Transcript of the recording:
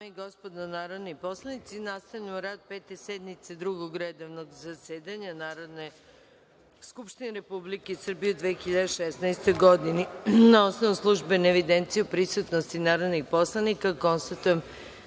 gospodo narodni poslanici, nastavljamo rad Pete sednice Drugog redovnog zasedanja Narodne skupštine Republike Srbije u 2016. godini. Na osnovu službene evidencije o prisutnosti narodnih poslanika, konstatujem